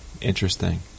interesting